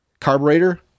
Carburetor